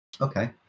Okay